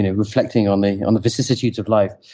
ah reflecting on the on the vicissitudes of life.